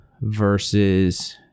versus